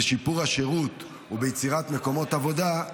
בשיפור השירות וביצירת מקומות עבודה,